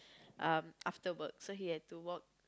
uh after work so he had to walk